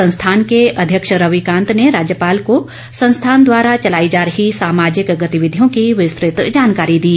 संस्थान के अध्यक्ष रवि कान्त ने राज्यपाल को संस्थान द्वारा चलाई जा रही सामाजिक गतिविधियों की विस्तृत जानकारी दी